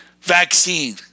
vaccine